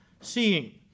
seeing